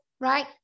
right